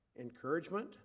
encouragement